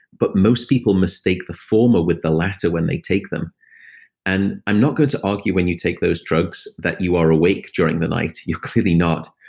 but most people mistake the former with the latter when they take them and i'm not going to argue when you take those drugs that you are awake during the night. you're clearly not.